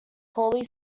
poorly